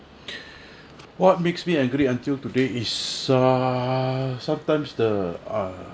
what makes me angry until today is uh sometimes the err